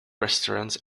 restaurants